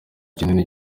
kinini